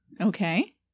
Okay